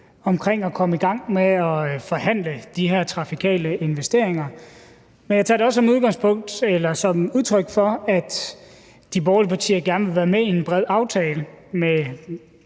efter at komme i gang med at forhandle de her trafikale investeringer. Men jeg tager det også som udtryk for, at de borgerlige partier gerne vil være med i en bred aftale med